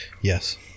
Yes